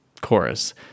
chorus